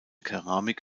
keramik